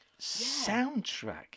soundtrack